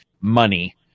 money